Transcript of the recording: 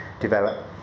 develop